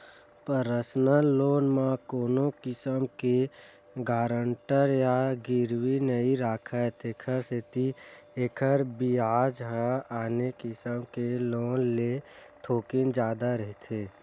personal loan म कोनो किसम के गारंटर या गिरवी नइ राखय तेखर सेती एखर बियाज ह आने किसम के लोन ले थोकिन जादा रहिथे